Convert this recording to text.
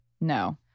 No